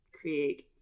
create